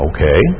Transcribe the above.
Okay